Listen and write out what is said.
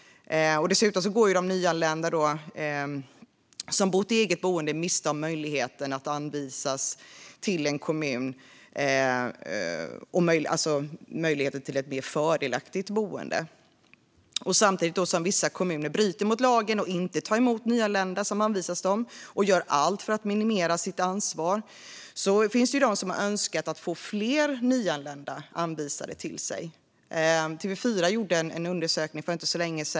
Dessutom går de nyanlända som har bott i eget boende miste om möjligheten att anvisas till en kommun och om möjligheten till ett mer fördelaktigt boende. Samtidigt som vissa kommuner bryter mot lagen och inte tar emot nyanlända som anvisas dem och gör allt för att minimera sitt ansvar finns det kommuner som har önskat att få fler nyanlända anvisade till sig.